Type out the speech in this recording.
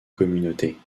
communautés